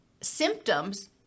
symptoms